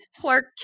clark